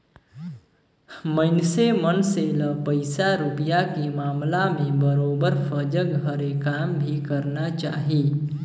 मइनसे मन से ल पइसा रूपिया के मामला में बरोबर सजग हरे काम भी करना चाही